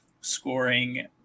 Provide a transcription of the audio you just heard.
scoring